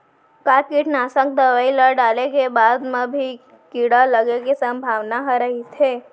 का कीटनाशक दवई ल डाले के बाद म भी कीड़ा लगे के संभावना ह रइथे?